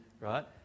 right